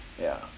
ya